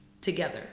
together